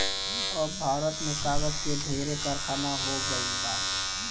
अब भारत में कागज के ढेरे कारखाना हो गइल बा